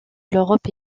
l’europe